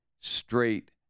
straight